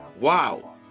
Wow